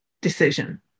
decision